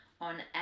on